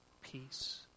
peace